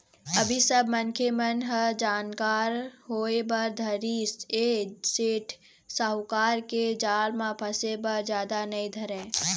अभी सब मनखे मन ह जानकार होय बर धरिस ऐ सेठ साहूकार के जाल म फसे बर जादा नइ धरय